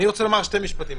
אני רוצה לומר שני משפטים.